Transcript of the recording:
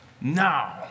now